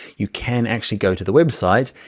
you can actually go to the website,